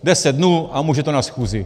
Deset dnů a může to na schůzi.